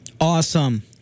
Awesome